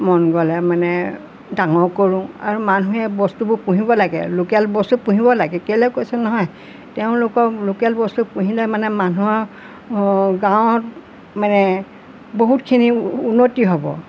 মন গ'লে মানে ডাঙৰ কৰোঁ আৰু মানুহে বস্তুবোৰ পুহিব লাগে লোকেল বস্তু পুহিব লাগে কেলৈ কৈছোঁ নহয় তেওঁলোকক লোকেল বস্তু পুহিলে মানে মানুহৰ গাঁৱত মানে বহুতখিনি উন্নতি হ'ব